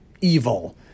evil